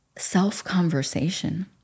self-conversation